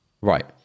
right